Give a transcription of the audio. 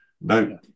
no